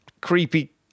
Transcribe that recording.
creepy